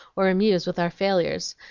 or amuse with our failures.